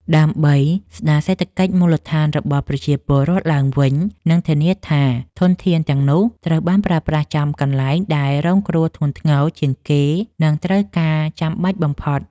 ដើម្បីស្តារសេដ្ឋកិច្ចមូលដ្ឋានរបស់ប្រជាពលរដ្ឋឡើងវិញ និងធានាថាធនធានទាំងនោះត្រូវបានប្រើប្រាស់ចំកន្លែងដែលរងគ្រោះធ្ងន់ធ្ងរជាងគេ និងត្រូវការចាំបាច់បំផុត។